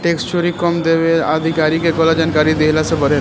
tax चोरी कम देवे आ अधिकारी के गलत जानकारी देहला से बढ़ेला